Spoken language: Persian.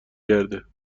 گرده